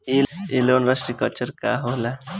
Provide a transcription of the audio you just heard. ई loan restructure का होखे ला?